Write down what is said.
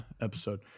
episode